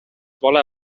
vale